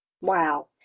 Wow